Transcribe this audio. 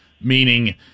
meaning